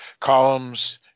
columns